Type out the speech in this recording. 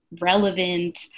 relevant